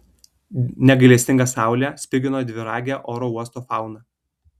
negailestinga saulė spigino dviragę oro uosto fauną